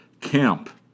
camp